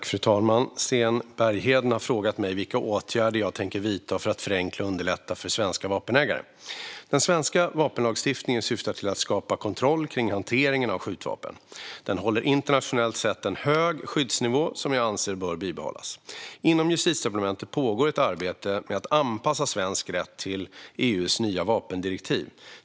Fru talman! Sten Bergheden har frågat mig vilka åtgärder jag tänker vidta för att förenkla och underlätta för svenska vapenägare. Den svenska vapenlagstiftningen syftar till att skapa kontroll kring hanteringen av skjutvapen. Den håller internationellt sett en hög skyddsnivå som jag anser bör bibehållas. Inom Justitiedepartementet pågår ett arbete med att anpassa svensk rätt till EU:s nya vapendirektiv.